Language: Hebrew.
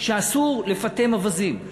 שאסור לפטם אווזים,